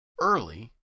early